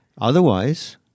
otherwise